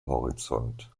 horizont